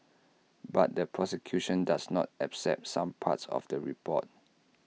but the prosecution does not accept some parts of the report